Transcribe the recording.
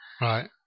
Right